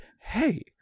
Hey